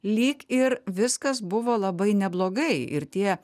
lyg ir viskas buvo labai neblogai ir tie